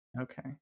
okay